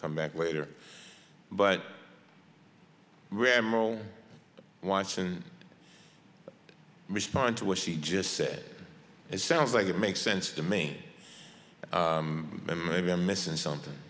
come back later but ramel watch and respond to what she just said it sounds like it makes sense to me and maybe i'm missing something